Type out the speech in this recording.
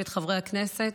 ואת חברי הכנסת,